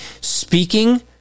speaking